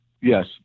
yes